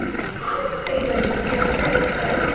and on this page, i can see right here it says,